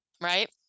Right